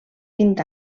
vint